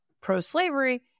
pro-slavery